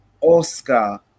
Oscar